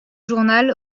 journal